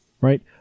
right